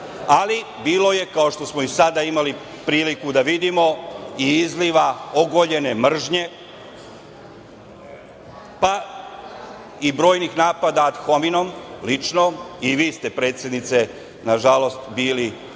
ali bilo je, kao što smo i sada imali priliku da vidimo, izliva ogoljene mržnje, pa i brojnih napada ad hominum, lično, i vi ste, predsednice, nažalost, bili meta